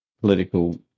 political